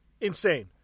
Insane